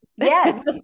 Yes